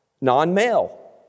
non-male